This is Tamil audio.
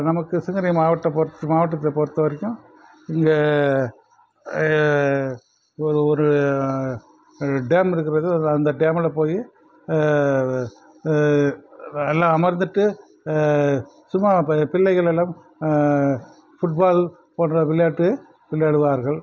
நமக்கு கிருஷ்ணகிரி மாவட்ட பொறு மாவட்டத்தை பொறுத்தவரைக்கும் இங்கே ஒரு ஒரு டேம் இருக்கிறது அந்த டேமில் போய் எல்லாம் அமர்ந்துகிட்டு சும்மா பிள்ளைகளெல்லாம் ஃபுட் பால் போன்ற விளையாட்டு விளையாடுவார்கள்